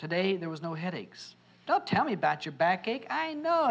today there was no headaches don't tell me about your back aches i know